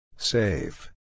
Save